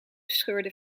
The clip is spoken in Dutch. scheurde